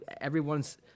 everyone's